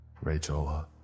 Rachel